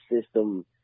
system